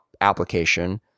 application